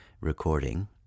recording